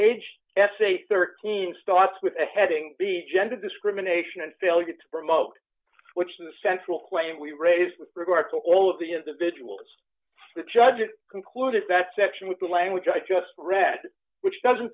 page essay thirteen starts with the heading be gender discrimination and failure to promote which is the central question we raised with regard to all of the individuals the judge it concluded that section with the language i just read which doesn't